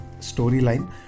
storyline